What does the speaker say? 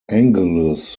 angelus